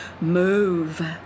move